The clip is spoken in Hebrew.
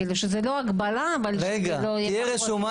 שתהיה רשומה,